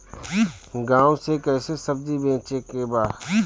गांव से कैसे सब्जी बेचे के बा?